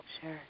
Sure